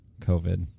COVID